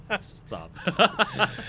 Stop